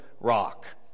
rock